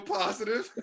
positive